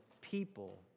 people